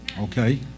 okay